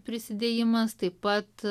prisidėjimas taip pat